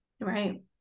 right